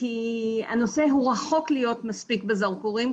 כי הנושא הוא רחוק מלהיות מספיק בזרקורים,